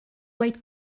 wait